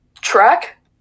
track